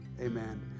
amen